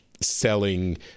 selling